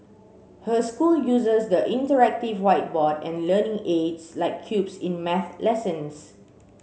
her school uses the interactive whiteboard and learning aids like cubes in math lessons